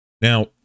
Now